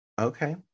Okay